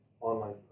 online